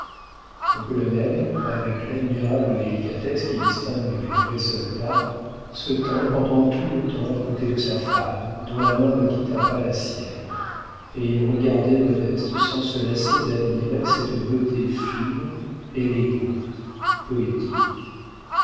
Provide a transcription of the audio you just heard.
le colonel avec l'admirable délicatesse qui distingue les vrais soldats se tint pendant tout le temps à côté de sa femme dont la main ne quitta pas la sienne et il regardait modeste sans se lasser d'admirer cette beauté fine élégante poétique